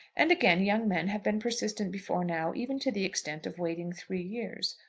and, again, young men have been persistent before now, even to the extent of waiting three years.